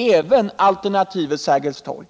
Även alternativet Sergels torg